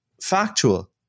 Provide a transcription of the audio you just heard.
factual